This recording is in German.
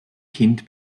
kind